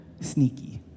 sneaky